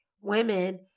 women